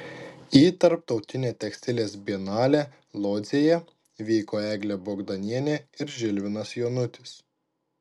į tarptautinę tekstilės bienalę lodzėje vyko eglė bogdanienė ir žilvinas jonutis